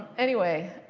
anyway,